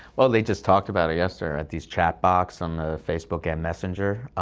well, they just talked about yesterday these chat bots on facebook m messenger.